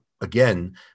again